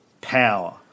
power